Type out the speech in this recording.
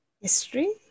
History